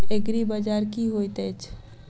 एग्रीबाजार की होइत अछि?